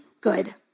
good